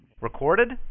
Recorded